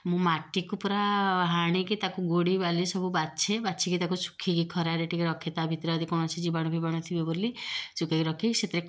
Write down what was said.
ମୁଁ ମାଟିକୁ ପୁରା ହାଣିକି ତାକୁ ଗୋଡ଼ି ବାଲି ସବୁ ବାଛେ ବାଛିକି ତାକୁ ଶୁଖେଇକି ଖରାରେ ଟିକେ ରଖେ ତା ଭିତରେ ଯଦି କୌଣସି ଜୀବାଣୁ ଫିବାଣୁ ଥିବେ ବୋଲି ଶୁଖେଇକି ରଖେ ସେଥିରେ